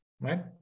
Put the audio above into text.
right